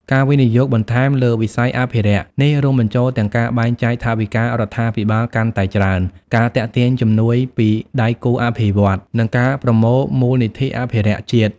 ការវិនិយោគបន្ថែមលើវិស័យអភិរក្ស នេះរួមបញ្ចូលទាំងការបែងចែកថវិការដ្ឋាភិបាលកាន់តែច្រើន ការទាក់ទាញជំនួយពីដៃគូអភិវឌ្ឍន៍ និងការបង្កើតមូលនិធិអភិរក្សជាតិ។